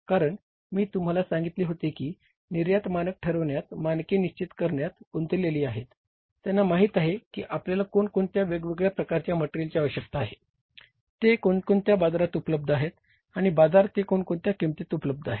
कारण मी तुम्हाला सांगितले होते की निर्यात मानक ठरविण्यात मानके निशचित करण्यात गुंतलेली आहे त्यांना माहित आहे की आपल्याला कोण कोणत्या वेगवेगळ्या प्रकारच्या मटेरिअलची आवश्यकता आहे ते कोणत्या बाजारात उपलब्ध आहे आणि बाजारात ते कोणत्या किंमतीत उपलब्ध आहे